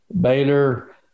Baylor